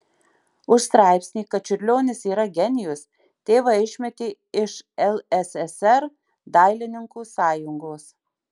už straipsnį kad čiurlionis yra genijus tėvą išmetė iš lssr dailininkų sąjungos